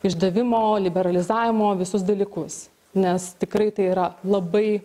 išdavimo liberalizavimo visus dalykus nes tikrai tai yra labai